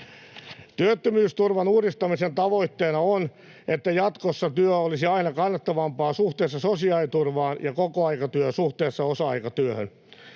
Työttömyysturvan uudistamisen tavoitteena on, että jatkossa työ olisi aina kannattavampaa suhteessa sosiaaliturvaan ja kokoaikatyö suhteessa osa-aikatyöhön.